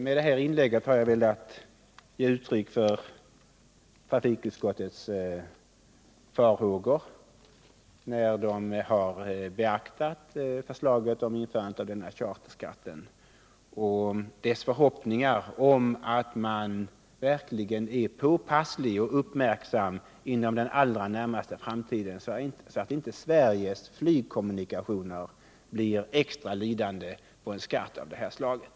Med det här inlägget har jag velat ge uttryck för trafikutskottets farhågor när det haft att beakta förslaget om införande av charterskatten, och dess förhoppningar om att man verkligen är påpasslig och uppmärksam inom den allra närmaste framtiden, så att inte Sveriges flygkommunikationer blir extra lidande på en skatt av det här slaget.